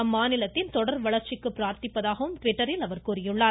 அம்மாநிலத்தின் தொடர் வளர்ச்சிக்கு பிரார்த்திப்பதாகவும் அவர் கூறியுள்ளார்